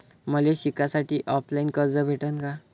मले शिकासाठी ऑफलाईन कर्ज भेटन का?